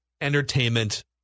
entertainment